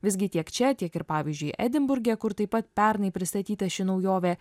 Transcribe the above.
visgi tiek čia tiek ir pavyzdžiui edinburge kur taip pat pernai pristatyta ši naujovė